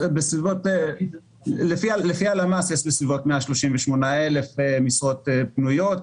לפי הלמ"ס יש בסביבות 138,000 משרות פנויות,